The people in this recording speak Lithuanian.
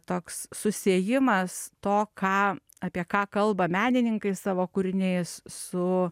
toks susiejimas to ką apie ką kalba menininkai savo kūriniais su